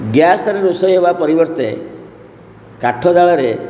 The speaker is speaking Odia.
ଗ୍ୟାସ୍ ରେ ରୋଷେଇ ହେବା ପରିବର୍ତ୍ତେ କାଠଜାଳରେ